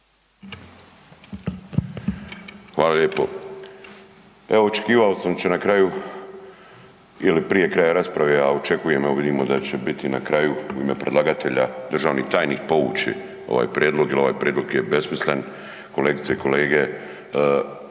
Hvala lijepo. Evo očekivao sam da će na kraju ili prije kraja, a očekujem, evo vidimo da će biti na kraju u ime predlagatelja, državni tajnik, povući ovaj prijedlog jer ovaj prijedlog je besmislen, kolegice i kolege,